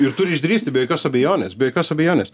ir turi išdrįsti be jokios abejonės be jokios abejonės